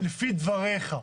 לפי דבריך?